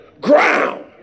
ground